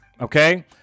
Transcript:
Okay